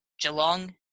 Geelong